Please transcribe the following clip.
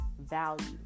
value